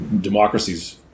democracies